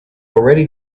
already